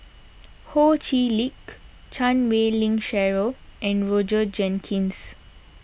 Ho Chee Lick Chan Wei Ling Cheryl and Roger Jenkins